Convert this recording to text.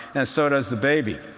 and so does the baby.